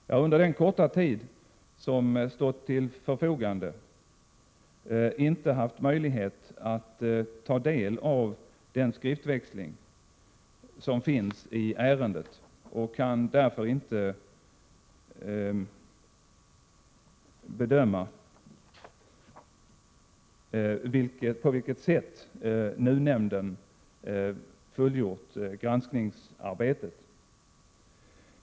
Jag har under den korta tid som stått till förfogande inte haft möjlighet att ta del av den skriftväxling som finns i ärendet och kan följaktligen inte bedöma på vilket sätt NUU-nämnden fullgjort granskningsarbetet.